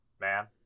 man